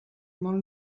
molt